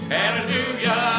Hallelujah